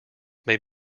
may